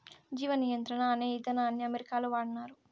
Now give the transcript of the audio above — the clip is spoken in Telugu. జీవ నియంత్రణ అనే ఇదానాన్ని అమెరికాలో వాడినారు